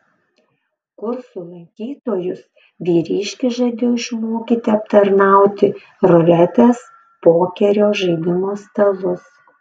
kursų lankytojus vyriškis žadėjo išmokyti aptarnauti ruletės pokerio žaidimo stalus